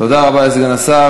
תודה רבה לסגן השר.